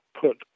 put